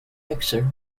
mixer